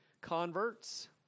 converts